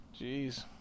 Jeez